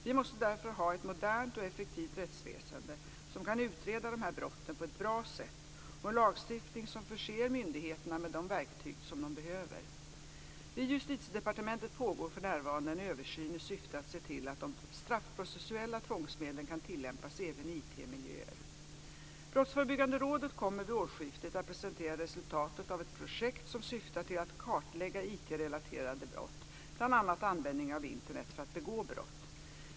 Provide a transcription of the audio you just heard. Vi måste därför ha ett modernt och effektivt rättsväsende som kan utreda dessa brott på ett bra sätt och en lagstiftning som förser myndigheterna med de verktyg som de behöver. Vid Justitiedepartementet pågår för närvarande en översyn i syfte att se till att de straffprocessuella tvångsmedlen kan tillämpas även i IT-miljöer. Brottsförebyggande rådet kommer vid årsskiftet att presentera resultatet av ett projekt som syftar till att kartlägga IT-relaterade brott, bl.a. användningen av Internet för att begå brott.